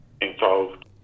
involved